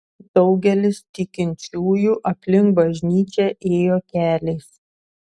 daugelis tikinčiųjų aplink bažnyčią ėjo keliais